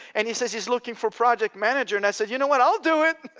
and he says he's looking for project manager, and i said you know what i'll do it!